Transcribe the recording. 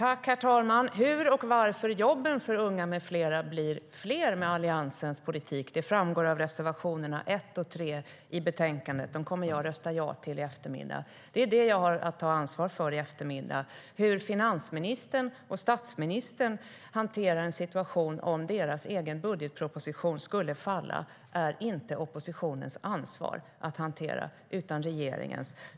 Herr talman! Hur och varför jobben för unga med flera blir fler med Alliansens politik framgår av reservationerna 1 och 3 i betänkandet. Dem kommer jag att rösta ja till i eftermiddag. Det är det jag har att ta ansvar för i eftermiddag. Hur finansministern och statsministern hanterar en situation om deras egen budgetproposition skulle falla är inte oppositionens ansvar utan regeringens.